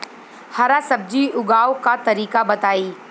हरा सब्जी उगाव का तरीका बताई?